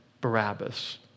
Barabbas